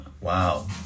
Wow